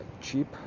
Cheap